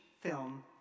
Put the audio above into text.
film